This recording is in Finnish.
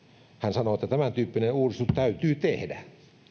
sanoo että tämäntyyppinen uudistus täytyy tehdä